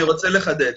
אני רוצה לחדד.